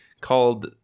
called